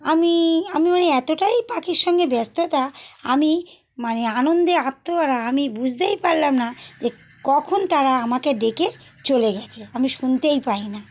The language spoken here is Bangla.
আমি আমি ওই এতোটাই পাখির সঙ্গে ব্যস্ততা আমি মানে আনন্দে আত্মহারা আমি বুঝতেই পারলাম না যে কখন তারা আমাকে ডেকে চলে গেছে আমি শুনতেই পাই না